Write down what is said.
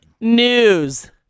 news